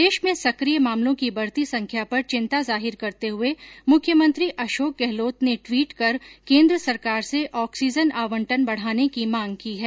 प्रदेश में सकिय मामलों की बढ़ती संख्या पर चिन्ता जाहिर करते हुये मुख्यमंत्री अशोक गहलोत ने ट्विट कर केन्द्र सरकार से ऑक्सीजन आवंटन बढ़ाने की मांग की है